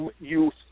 youth